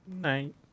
Night